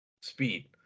speed